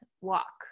walk